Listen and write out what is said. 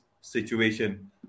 situation